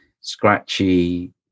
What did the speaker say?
scratchy